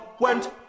went